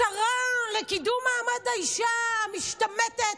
השרה לקידום מעמד האישה, המשתמטת,